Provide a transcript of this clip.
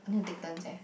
I need to take turns eh